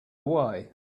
way